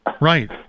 right